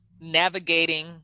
navigating